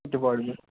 department